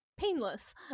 painless